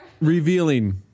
revealing